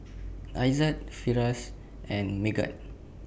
Aizat Firash and Megat